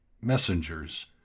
messengers